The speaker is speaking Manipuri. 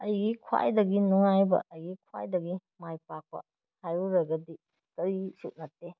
ꯑꯩꯒꯤ ꯈ꯭ꯋꯥꯏꯗꯒꯤ ꯅꯨꯡꯉꯥꯏꯕ ꯑꯩꯒꯤ ꯈ꯭ꯋꯥꯏꯗꯒꯤ ꯃꯥꯏ ꯄꯥꯛꯄ ꯍꯥꯏꯔꯨꯔꯒꯗꯤ ꯀꯔꯤꯁꯨ ꯅꯠꯇꯦ